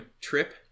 trip